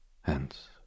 Hence